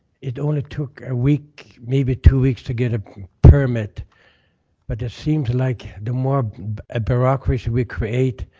it only took a week, maybe two weeks, to get a permit but it seems like the more bureaucracy we create,